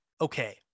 okay